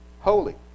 holy